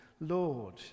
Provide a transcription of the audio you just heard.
Lord